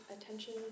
attention